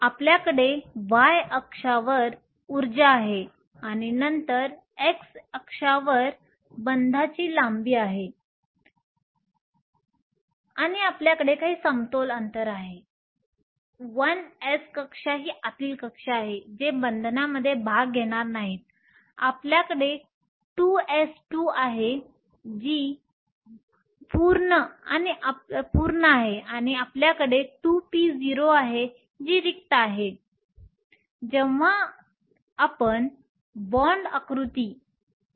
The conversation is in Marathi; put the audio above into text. आपल्याकडे y अक्ष वर उर्जा आहे आणि नंतर x अक्ष वर बंधाची लांबी आहे आणि आपल्याकडे काही समतोल अंतर आहे 1s कक्षा ही आतील कक्षा आहे जे बंधनामध्ये भाग घेणार नाही आपल्याकडे 2s2 कक्षा आहे जी पूर्ण आहे आणि आपल्याकडे 2p0 आहे रिक्त आहे